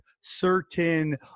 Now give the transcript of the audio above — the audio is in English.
certain